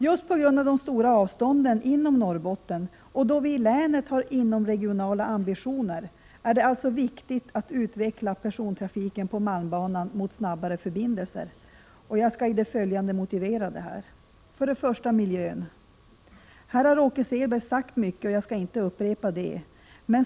Just på grund av de stora avstånden i Norrbotten, och då vi i länet har inomregionala ambitioner, är det viktigt att utveckla persontrafiken på malmbanan mot snabbare förbindelser. Jag skall i det följande motivera detta. För det första: Miljön. Här har Åke Selberg sagt mycket och jag skall inte upprepa det.